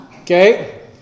Okay